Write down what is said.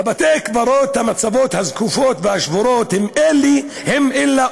בבתי-קברות המצבות הזקופות והשבורות אינן אלא